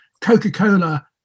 Coca-Cola